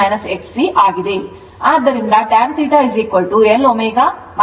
ಆದ್ದರಿಂದ tan θ L ω 1ω CR ಆಗಿದೆ